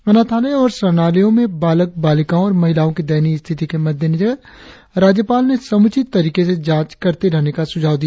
अनाथालय और शरणालयों में बालक बालिकाओं और महिलाओं के दयनीय स्थिति के मद्देनजर राज्यपाल ने समुचित तरीके से जांच करते रहने का सुझाव दिया